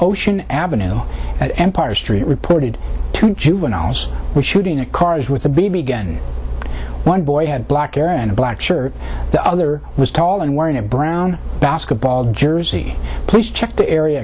ocean avenue at empire street reported two juveniles shooting at cars with a b b gun one boy had black hair and a black shirt the other was tall and wearing a brown basketball jersey please check the area